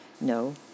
no